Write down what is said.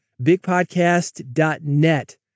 bigpodcast.net